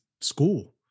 school